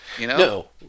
No